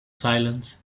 silence